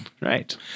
Right